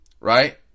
Right